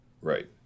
right